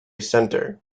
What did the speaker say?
center